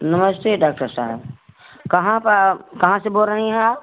नमस्ते डाक्टर साहब कहाँ प कहाँ से बोल रही हैं आप